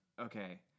okay